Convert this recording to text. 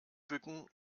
bücken